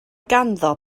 ganddo